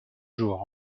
jours